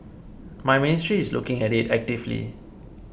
my Ministry is looking at it actively